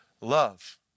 Love